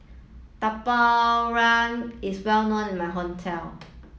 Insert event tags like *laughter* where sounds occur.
Tapak *unintelligible* is well known in my hometown